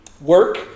Work